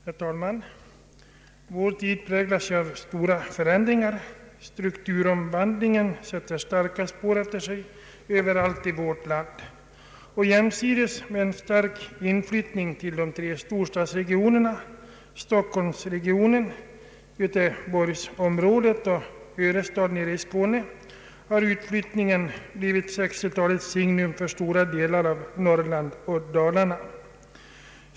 Herr talman! Vår tid präglas av stora förändringar. Stukturomvandlingen sätter starka spår efter sig överallt i vårt land, och jämsides med en stark inflyttning till de tre storstadsregioner na — Stockholmsregionen, Göteborgsområdet och Örestad nere i Skåne — har utflyttningen blivit 1960-talets signum för stora delar av Norrland och Dalarna.